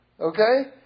Okay